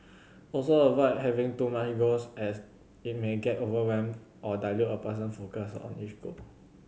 also avoid having too many goals as it may get overwhelm or dilute a person focus on each goal